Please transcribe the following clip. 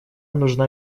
нужна